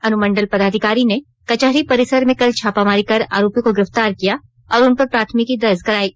अनुमंडल पदाधिकारी ने कचहरी परिसर में कल छापामारी कर आरोपियों को गिरफ्तार किया और उनपर प्राथमिकी दर्ज करायी